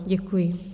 Děkuji.